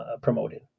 promoted